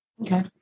Okay